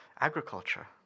agriculture